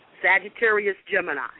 Sagittarius-Gemini